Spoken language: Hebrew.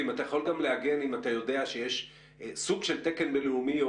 והאם אתה יודע שיש סוג של תקן בין-לאומי או